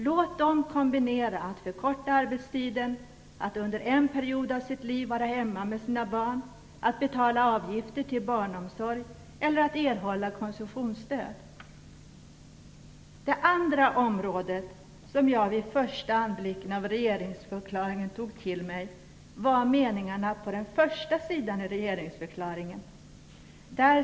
Låt dem kombinera att förkorta arbetstiden, att under en period av sitt liv vara hemma med sina barn, att betala avgifter till barnomsorg eller att erhålla stöd. Det andra området som jag vi första anblicken av regeringsförklaringen tog till mig var meningarna på den första sidan.